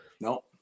No